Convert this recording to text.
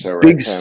big